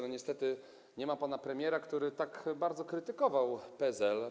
Niestety, nie ma pana premiera, który tak bardzo krytykował PSL.